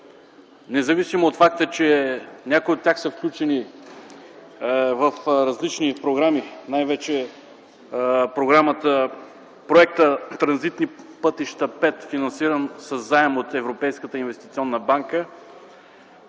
Независимо от факта, че някои от тях са включени в различни програми, най-вече в Проекта „Транзитни пътища – 5”, финансиран със заем от Европейската инвестиционна банка,